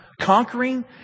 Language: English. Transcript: conquering